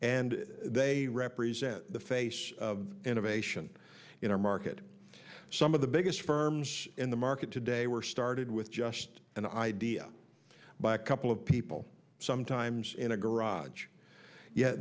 and they represent the face of innovation in our market some of the biggest firms in the market today were started with just an idea by a couple of people sometimes in a garage yet